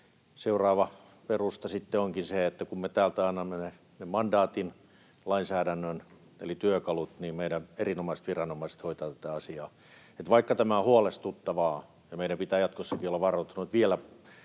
Seuraava perusta sitten onkin se, että kun me täältä annamme mandaatin, lainsäädännön eli työkalut, niin meidän erinomaiset viranomaiset hoitavat tätä asiaa. Vaikka tämä on huolestuttavaa ja meidän pitää jatkossakin olla varautuneita vielä